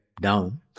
down